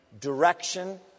direction